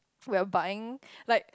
we are buying like